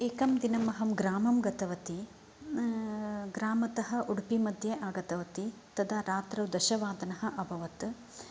एकं दिनम् अहं ग्रामं गतवति ग्रामतः उडूपि मध्ये आगतवती तदा रात्रौ दशवादनम् अभवत्